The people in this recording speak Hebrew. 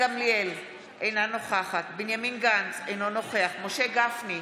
אינה נוכחת בנימין גנץ, אינו נוכח משה גפני,